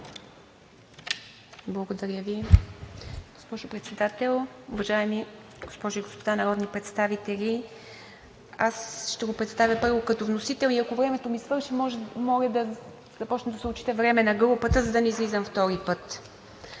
МИТЕВА (ИТН): Госпожо Председател, уважаеми госпожи и господа народни представители! Аз ще го представя първо като вносител и ако времето ми свърши, може да помоля да започне да се отчита време на групата, за да не излизам втори път.